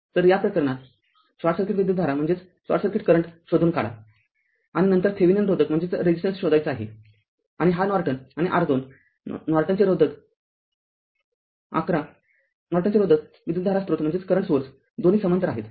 तरया प्रकरणात short circuit विद्युतधारा शोधून काढा आणि नंतर थेविनिन रोधक शोधायचा आहे आणि हा नॉर्टन आणि R२ नॉर्टन रोधक विद्युतधारा स्रोत दोन्ही समांतर आहेत